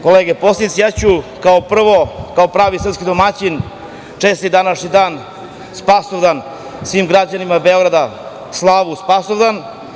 Kolege poslanici, ja ću kao prvo, kao pravi srpski domaćin, čestitati današnji dan – Spasovdan, svim građanima Beograda slavu Spasovdan.